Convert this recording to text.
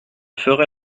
ferai